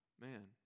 man